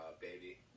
baby